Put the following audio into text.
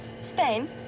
Spain